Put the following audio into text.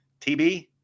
tb